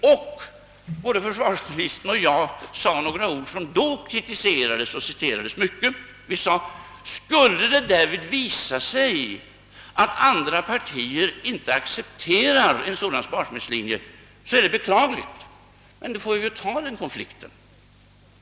Både försvarsministern och jag sade några ord som då kritiserades mycket. Vi sade: Skulle det därvid visa sig att andra partier inte accepterar en sådan sparsamhetslinje, så är det beklagligt, men då får vi väl ta den konflikten.